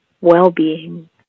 well-being